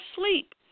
sleep